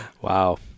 Wow